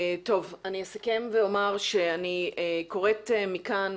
אני אסכם ואומר שאני קוראת מכאן,